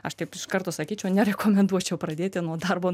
aš taip iš karto sakyčiau nerekomenduočiau pradėti nuo darbo